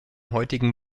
heutigen